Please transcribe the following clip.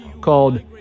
called